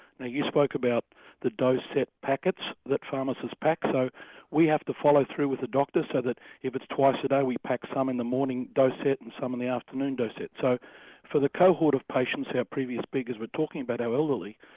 now you spoke about the dose-set packets that pharmacists pack so we have to follow through with the doctor so that if it's twice a day we pack some in the morning dose-set and some in the afternoon dose-set. so for the cohort of patients our previous speakers were talking about, our elderly,